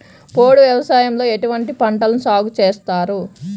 పోడు వ్యవసాయంలో ఎటువంటి పంటలను సాగుచేస్తారు?